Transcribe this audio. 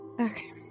okay